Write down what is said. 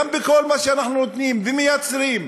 גם בכל מה שאנחנו נותנים ומייצרים,